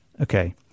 okay